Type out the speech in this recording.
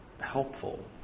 helpful